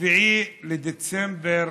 ב-7 בדצמבר